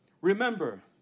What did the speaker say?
remember